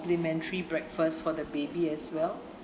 ~plimentary breakfast for the baby as well